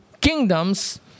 kingdoms